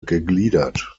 gegliedert